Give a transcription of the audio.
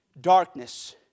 darkness